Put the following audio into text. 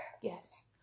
Yes